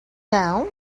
down